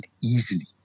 easily